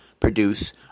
produce